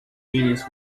meanings